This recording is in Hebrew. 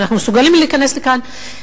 ואנחנו מסוגלים להיכנס לכאן.